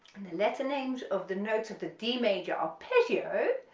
and the letter names of the notes of the d major arpeggio,